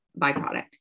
byproduct